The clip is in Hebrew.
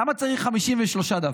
למה צריך 53 דווקא?